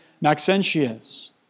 Maxentius